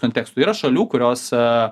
kontekstu yra šalių kurios